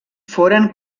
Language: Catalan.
foren